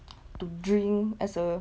to drink as a